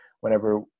whenever